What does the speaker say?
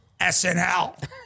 SNL